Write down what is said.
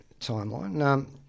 timeline